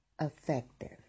effective